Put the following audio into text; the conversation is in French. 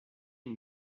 une